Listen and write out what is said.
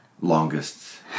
longest